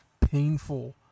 painful